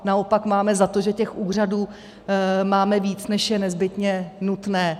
Naopak máme za to, že těch úřadů máme víc, než je nezbytně nutné.